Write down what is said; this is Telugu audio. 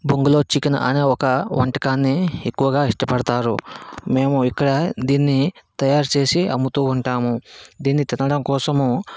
బొంగులో చికెన్ అనే ఒక వంటకాన్ని ఎక్కువగా ఇష్టపడుతారు మేము ఇక్కడ దీన్ని తయారు చేసి అమ్ముతూ ఉంటాము దీన్ని తినడం కోసము